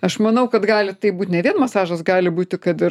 aš manau kad gali taip būt ne vien masažas gali būti kad ir